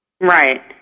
Right